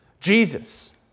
Jesus